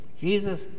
Jesus